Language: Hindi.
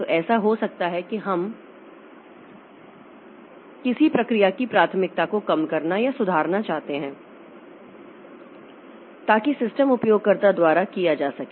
तो ऐसा हो सकता है कि हम किसी प्रक्रिया की प्राथमिकता को कम करना या सुधारना चाहते हैं ताकि सिस्टम उपयोगकर्ता द्वारा किया जा सके